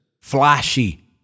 Flashy